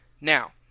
Now